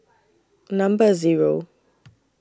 Number Zero